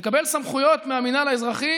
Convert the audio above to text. לקבל סמכויות מהמינהל האזרחי